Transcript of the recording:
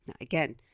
again